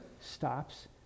stops